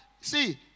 see